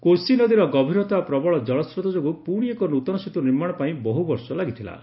କୋଶି ନଦୀର ଗଭୀରତା ଓ ପ୍ରବଳ ଜଳସ୍ରୋତ ଯୋଗୁଁ ପୁଣି ଏକ ନୂତନ ସେତୁ ନିର୍ମାଣ ପାଇଁ ବହୁ ବର୍ଷ ଲାଗିଗଲା